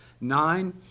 nine